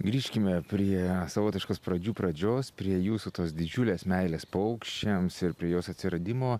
grįžkime prie savotiškos pradžių pradžios prie jūsų tos didžiulės meilės paukščiams ir prie jos atsiradimo